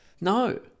No